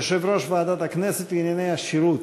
(יושב-ראש ועדת הכנסת לענייני השירות),